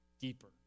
deeper